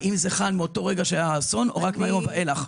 האם זה חל מאותו רגע האסון או רק מהיום ואילך.